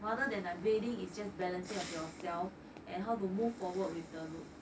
rather than a blading is just balancing of yourself and how to move forward with the loot